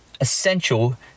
essential